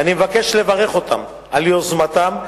ואני מבקש לברך אותם על יוזמתם.